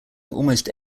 almost